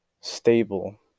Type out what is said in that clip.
stable